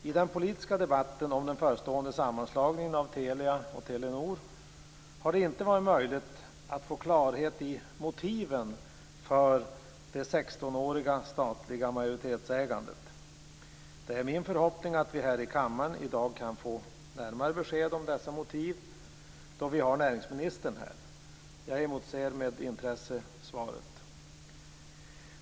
I den politiska debatten om den förestående sammanslagningen av Telia och Telenor har det inte varit möjligt att få klarhet i motiven för det 16-åriga statliga majoritetsägandet. Det är min förhoppning att vi här i kammaren i dag kan få närmare besked om dessa motiv, då vi har näringsministern här. Jag emotser med intresse svaret.